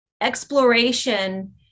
exploration